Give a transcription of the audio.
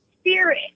spirit